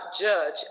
judge